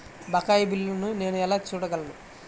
బకాయి బిల్లును నేను ఎలా చూడగలను?